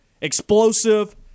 Explosive